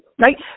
right